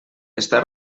està